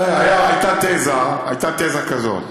הייתה תזה, הייתה תזה כזאת,